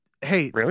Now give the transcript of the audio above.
Hey